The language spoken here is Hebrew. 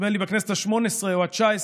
נדמה לי בכנסת השמונה-עשרה או התשע-עשרה,